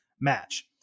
match